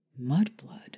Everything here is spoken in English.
Mudblood